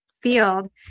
field